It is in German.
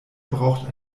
braucht